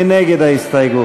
מי נגד ההסתייגות?